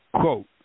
Quote